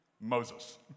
Moses